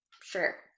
sure